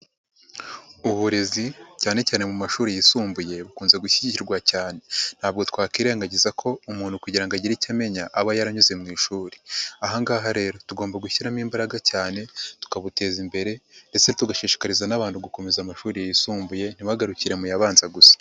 Uburezi cyane cyane mu mashuri yisumbuye bukunze gushyigikirwa cyane, ntabwo twakirerengagiza ko umuntu kugira ngo agire icyo amenya aba yaranyuze mu ishuri; aha ngaha rero tugomba gushyiramo imbaraga cyane tukabuteza imbere ndetse tugashishikariza n'abantu gukomeza amashuri yisumbuye ntibagarukire mu abanza gusa.